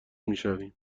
میشویم